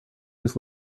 this